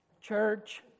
church